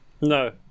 no